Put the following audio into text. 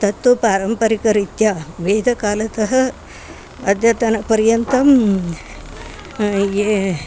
तत्तु पारम्परिकरीत्या वेदकालतः अद्यतनपर्यन्तं ये